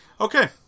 Okay